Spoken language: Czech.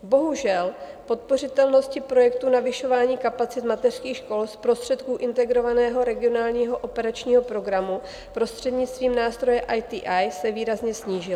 Bohužel, podpořitelnost projektů navyšování kapacit mateřských škol z prostředku integrovaného regionálního operačního programu prostřednictvím nástroje ITI se výrazně snížila.